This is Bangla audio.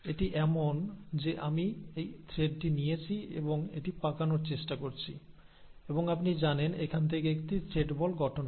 এটি এমন যে আমি এই থ্রেডটি নিয়েছি এবং এটি পাকানোর চেষ্টা করছি এবং আপনি জানেন এখান থেকে একটি থ্রেড বল গঠন হয়